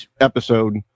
episode